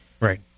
right